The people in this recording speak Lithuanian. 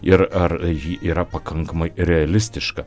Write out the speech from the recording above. ir ar ji yra pakankamai realistiška